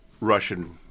Russian